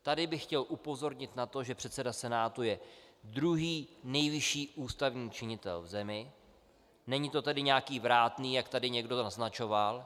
Tady bych chtěl upozornit na to, že předseda Senátu je druhý nejvyšší ústavní činitel v zemi, není to tedy nějaký vrátný, jak tady někdo naznačoval.